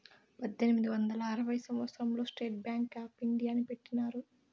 పద్దెనిమిది వందల ఆరవ సంవచ్చరం లో స్టేట్ బ్యాంక్ ఆప్ ఇండియాని పెట్టినారు